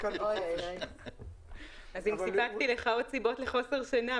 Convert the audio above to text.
סוף 2019,